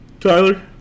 Tyler